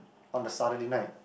on the Saturday night